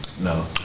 No